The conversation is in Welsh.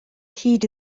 hyd